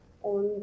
Und